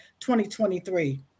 2023